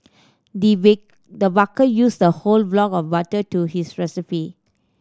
the the baker used a whole block of butter to his recipe